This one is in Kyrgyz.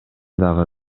дагы